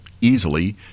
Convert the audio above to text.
easily